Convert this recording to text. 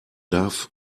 darf